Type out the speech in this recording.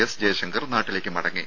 S Jaishankar നാട്ടിലേക്ക് മടങ്ങി